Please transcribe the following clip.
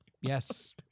Yes